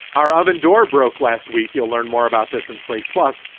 our oven door broke last week. you'll learn more about this in slate plus.